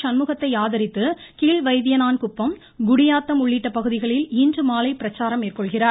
சண்முகத்தை ஆதரித்து கீழ்வைத்தியணான் குப்பம் குடியாத்தம் உள்ளிட்ட பகுதிகளில் இன்றுமாலை பிரச்சாரம் மேற்கொள்கிறார்